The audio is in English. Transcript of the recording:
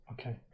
Okay